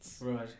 Right